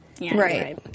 Right